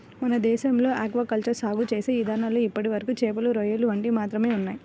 మన దేశంలో aquaculture సాగు చేసే ఇదానాల్లో ఇప్పటివరకు చేపలు, రొయ్యలు వంటివి మాత్రమే ఉన్నయ్